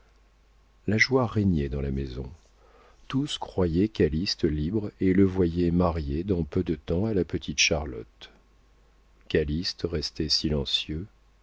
la joie régnait dans la maison tous croyaient calyste libre et le voyaient marié dans peu de temps à la petite charlotte calyste restait silencieux